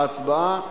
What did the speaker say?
ההצבעה